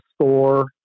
store